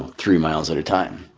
three miles at a time.